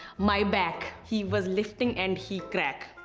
my back. he was lifting and he crack.